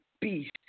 beast